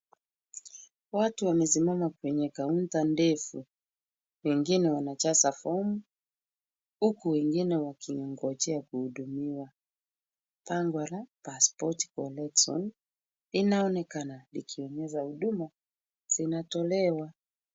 Watu wamesimama kwenye kaunta ndefu. Wengine wanajaza fomu huku wengine wakingojea kuhudumiwa. Bango la passport collection inaonekana likionyesha huduma zinatolewa.